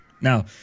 Now